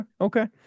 okay